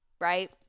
right